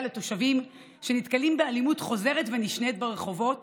לתושבים שנתקלים באלימות חוזרת ונשנית ברחובות